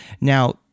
now